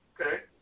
Okay